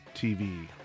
TV